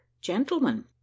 gentlemen